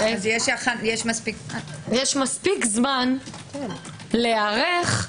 יש מספיק זמן להיערך,